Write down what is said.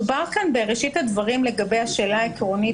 דובר כאן בראשית הדברים לגבי השאלה העקרונית,